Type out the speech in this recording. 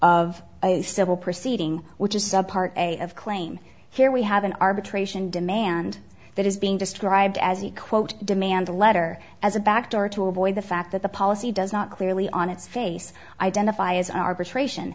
a civil proceeding which is some part of claim here we have an arbitration demand that is being described as you quote demand letter as a back door to avoid the fact that the policy does not clearly on its face identify as arbitration